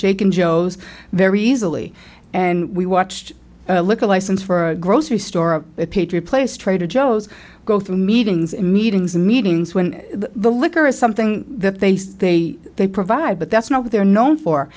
and joe's very easily and we watched a liquor license for a grocery store a patriot place trader joe's go through meetings in meetings meetings when the liquor is something that they say they provide but that's not what they're known for